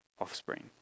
offspring